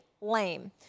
Lame